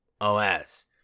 OS